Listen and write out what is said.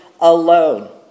alone